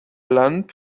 land